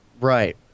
Right